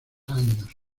años